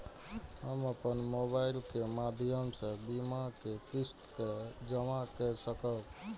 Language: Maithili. हम अपन मोबाइल के माध्यम से बीमा के किस्त के जमा कै सकब?